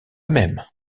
même